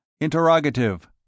Interrogative